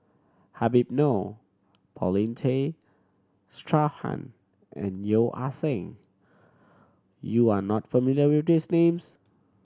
Habib Noh Paulin Tay Straughan and Yeo Ah Seng you are not familiar with these names